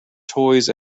toys